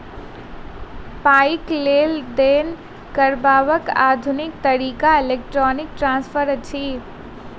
पाइक लेन देन करबाक आधुनिक तरीका इलेक्ट्रौनिक ट्रांस्फर अछि